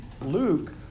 Luke